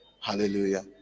Hallelujah